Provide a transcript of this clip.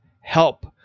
help